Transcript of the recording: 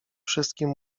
wszystkim